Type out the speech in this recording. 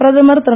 பிரதமர் திரு